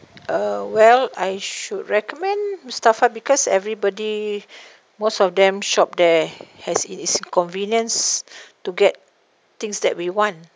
uh well I should recommend mustafa because everybody most of them shop there as it is convenience to get things that we want